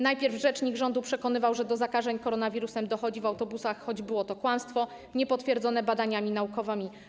Najpierw rzecznik rządu przekonywał, że do zakażeń koronwawirusem dochodzi w autobusach, choć było to kłamstwo, niepotwierdzone badaniami naukowymi.